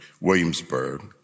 Williamsburg